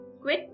quit